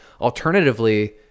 alternatively